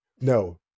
No